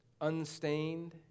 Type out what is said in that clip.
unstained